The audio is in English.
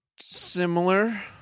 similar